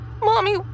Mommy